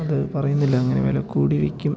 അത് പറയുന്നില്ല അങ്ങനെ വില കൂടി വിൽക്കും